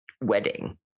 wedding